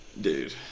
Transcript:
Dude